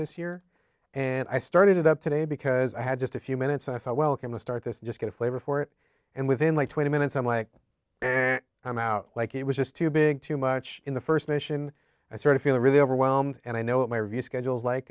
this year and i started it up today because i had just a few minutes i thought welcome to start this just get a flavor for it and within like twenty minutes i'm like i'm out like it was just too big too much in the first mission i sort of feel really overwhelmed and i know what my review schedules like